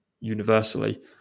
universally